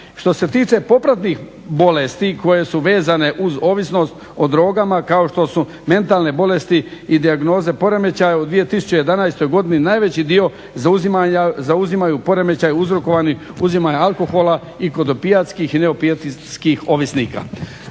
Što se tiče popratnih bolesti koje su vezane uz ovisnost o drogama kao što su mentalne bolesti i dijagnoze poremećaja u 2011. godini najveći dio zauzimaju poremećaji uzrokovani uzimanjem alkohola i kod opijatskih i neopijatskih ovisnika.